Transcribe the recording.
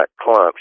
clumps